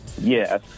Yes